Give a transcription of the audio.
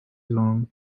long